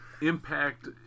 Impact